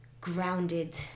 Grounded